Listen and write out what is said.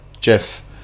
Jeff